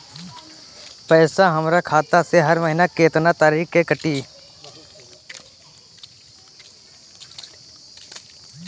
पैसा हमरा खाता से हर महीना केतना तारीक के कटी?